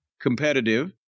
competitive